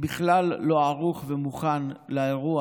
בכלל לא ערוך ומוכן לאירוע